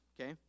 Okay